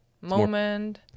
moment